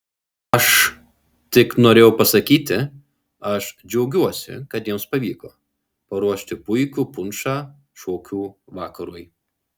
aš tik norėjau pasakyti aš džiaugiuosi kad jiems pavyko paruošti puikų punšą šokių vakarui